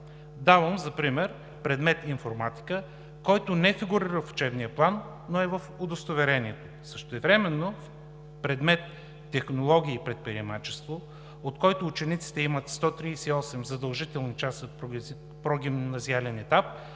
Давам за пример предмета „Информатика“, който не фигурира в учебния план, но е в удостоверението. Същевременно предметът „Технологии и предприемачество“, по който учениците имат 138 задължителни часа в прогимназиален етап,